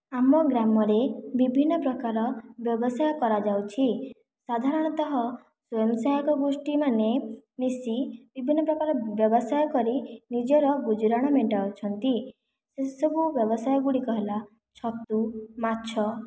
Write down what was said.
ଆମ ଗ୍ରାମରେ ବିଭିନ୍ନପ୍ରକାର ବ୍ୟବସାୟ କରାଯାଉଛି ସାଧାରଣତଃ ସ୍ୱୟଂସହାୟକ ଗୋଷ୍ଠୀମାନେ ମିଶି ବିଭିନ୍ନପ୍ରକାର ବ୍ୟବସାୟ କରି ନିଜର ଗୁଜୁରାଣ ମେଣ୍ଟାଉଛନ୍ତି ସେସବୁ ବ୍ୟବସାୟଗୁଡ଼ିକ ହେଲା ଛତୁ ମାଛ